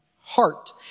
heart